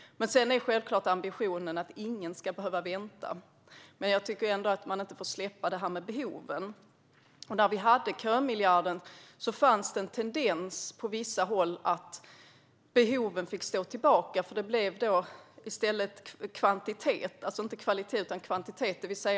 Ambitionen är självklart att ingen ska behöva vänta, men jag tycker inte att vi får släppa detta med behoven. När vi hade kömiljarden fanns på vissa håll en tendens att behoven fick stå tillbaka för kvantitet - alltså inte kvalitet utan kvantitet.